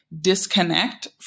disconnect